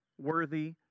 worthy